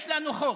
יש לנו חוק.